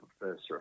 professor